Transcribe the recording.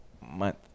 month